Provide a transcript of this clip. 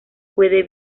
puede